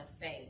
faith